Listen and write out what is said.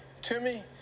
Timmy